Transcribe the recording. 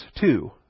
two